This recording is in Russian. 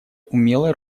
умелое